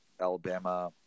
alabama